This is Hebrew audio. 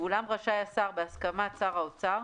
ואולם רשאי השר, בהסכמת שר האוצר,